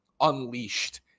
unleashed